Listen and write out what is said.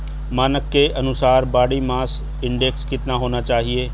मानक के अनुसार बॉडी मास इंडेक्स कितना होना चाहिए?